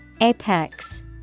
Apex